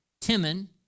Timon